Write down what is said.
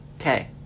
Okay